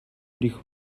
ирэх